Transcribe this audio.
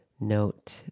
note